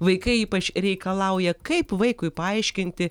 vaikai ypač reikalauja kaip vaikui paaiškinti